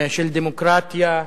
של דמוקרטיה.